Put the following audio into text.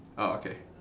orh okay